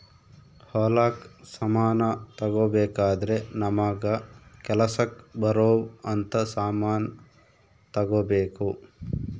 ಹೊಲಕ್ ಸಮಾನ ತಗೊಬೆಕಾದ್ರೆ ನಮಗ ಕೆಲಸಕ್ ಬರೊವ್ ಅಂತ ಸಮಾನ್ ತೆಗೊಬೆಕು